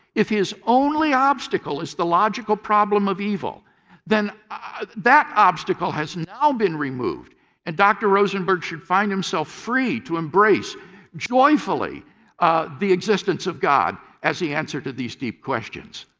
if his only obstacle is the logical problem of evil then that obstacle has now been removed and dr. rosenberg should find himself free to embrace joyfully the existence of god as the answer to these deep questions.